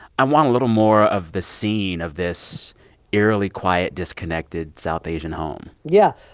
i want a little more of the scene of this eerily quiet, disconnected south asian home yeah.